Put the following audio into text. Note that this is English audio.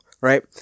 right